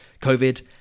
COVID